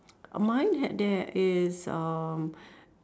uh mine had there is um